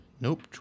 Nope